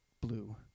blue